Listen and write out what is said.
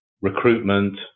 recruitment